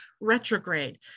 retrograde